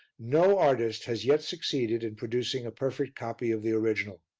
no artist has yet succeeded in producing a perfect copy of the original.